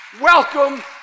Welcome